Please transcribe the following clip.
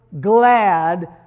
glad